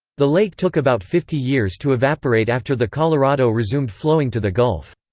the lake took about fifty years to evaporate after the colorado resumed flowing to the gulf.